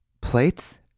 plates